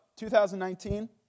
2019